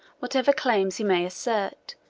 whatever claims he may assert,